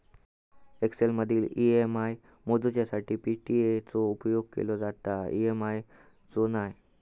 एक्सेलमदी ई.एम.आय मोजूच्यासाठी पी.ए.टी चो उपेग केलो जाता, ई.एम.आय चो नाय